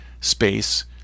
space